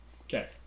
Okay